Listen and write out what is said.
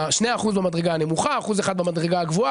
2% במדרגה הנמוכה, 1% במדרגה הגבוהה.